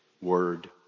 word